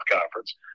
conference